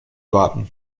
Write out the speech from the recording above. warten